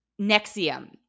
nexium